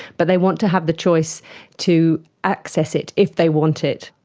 but they want to have the choice to access it if they want it.